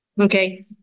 Okay